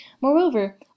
Moreover